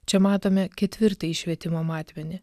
čia matome ketvirtąjį švietimo matmenį